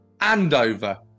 Andover